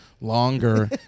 longer